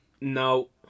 No